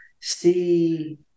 see